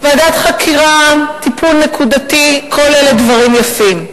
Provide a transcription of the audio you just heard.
ועדת חקירה, טיפול נקודתי, כל אלה הם דברים יפים.